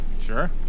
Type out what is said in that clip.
Sure